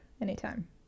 anytime